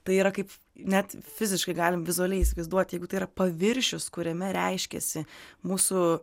tai yra kaip net fiziškai galim vizualiai įsivaizduoti jeigu tai yra paviršius kuriame reiškiasi mūsų